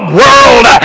world